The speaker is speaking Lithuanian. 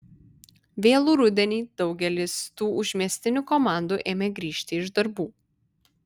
vėlų rudenį daugelis tų užmiestinių komandų ėmė grįžti iš darbų